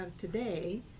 today